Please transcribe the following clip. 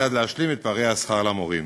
כיצד להשלים את פערי השכר למורים.